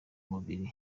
mubiri